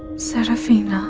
seraphina